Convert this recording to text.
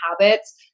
habits